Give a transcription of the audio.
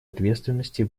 ответственности